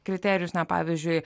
kriterijus na pavyzdžiui